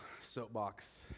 soapbox